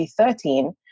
2013